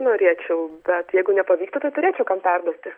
norėčiau bet jeigu nepavyktų tai turėčiau kam perduoti